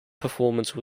performance